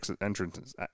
entrances